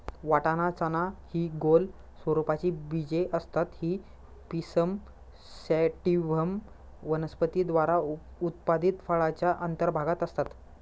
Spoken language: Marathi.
वाटाणा, चना हि गोल स्वरूपाची बीजे असतात ही पिसम सॅटिव्हम वनस्पती द्वारा उत्पादित फळाच्या अंतर्भागात असतात